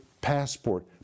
passport